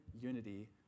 unity